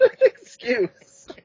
excuse